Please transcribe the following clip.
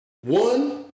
one